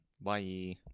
Bye